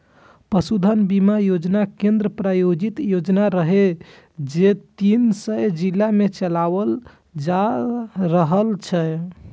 पशुधन बीमा योजना केंद्र प्रायोजित योजना रहै, जे तीन सय जिला मे चलाओल जा रहल छै